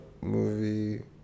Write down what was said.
movie